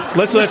let's like